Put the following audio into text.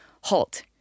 halt